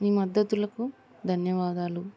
మీ మద్దతులకు ధన్యవాదాలు